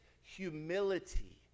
humility